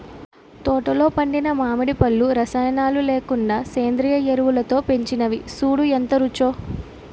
తోటలో పండిన మావిడి పళ్ళు రసాయనాలు లేకుండా సేంద్రియ ఎరువులతో పెంచినవి సూడూ ఎంత రుచో